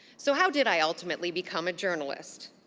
so how did i ultimately become a journalist?